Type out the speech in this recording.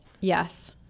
Yes